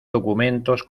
documentos